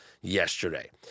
yesterday